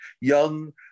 young